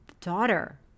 daughter